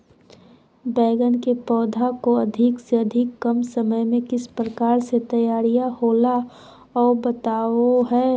बैगन के पौधा को अधिक से अधिक कम समय में किस प्रकार से तैयारियां होला औ बताबो है?